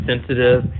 sensitive